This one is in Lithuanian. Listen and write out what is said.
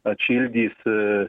atšildys e